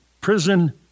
prison